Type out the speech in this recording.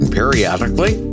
periodically